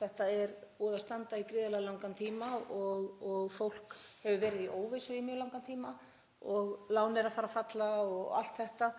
Þetta er búið að standa yfir í gríðarlega langan tíma og fólk hefur verið í óvissu í mjög langan tíma. Lán eru að fara að falla og allt þetta